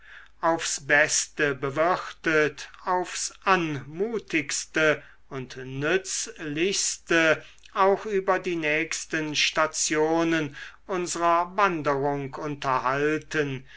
aufs beste bewirtet aufs anmutigste und nützlichste auch über die nächsten stationen unsrer wanderung unterhalten